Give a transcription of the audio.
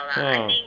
!wah!